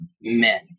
men